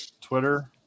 twitter